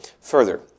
further